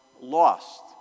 lost